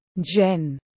Jen